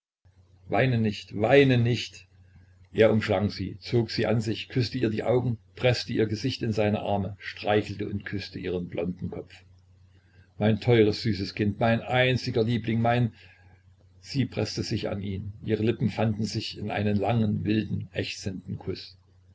weine nicht weine nicht er umschlang sie zog sie an sich küßte ihr die augen preßte ihr gesicht in seine arme streichelte und küßte ihren blonden kopf mein teures süßes kind mein einziger liebling mein sie preßte sich an ihn ihre lippen fanden sich in einem langen wilden ächzenden kuß